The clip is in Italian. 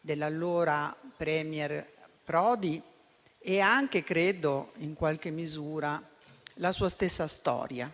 dell'allora *premier* Prodi e credo anche, in qualche misura, la sua stessa storia.